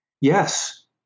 Yes